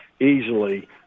easily